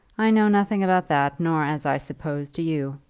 i know nothing about that, nor, as i suppose, do you.